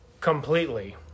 completely